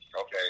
Okay